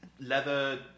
leather